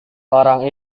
orang